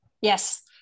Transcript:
Yes